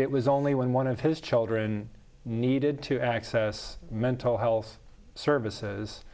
it was only when one of his children needed to access mental health services